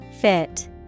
Fit